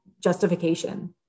justification